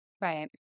Right